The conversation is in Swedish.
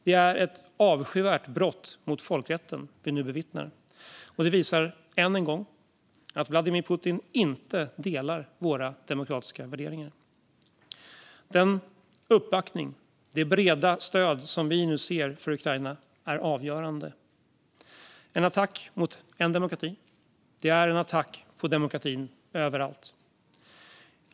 Det är ett avskyvärt brott mot folkrätten som vi nu bevittnar. Detta visar än en gång att Vladimir Putin inte delar våra demokratiska värderingar. Den uppbackning och det breda stöd som vi nu ser för Ukraina är avgörande. En attack mot en demokrati är en attack mot demokratin överallt.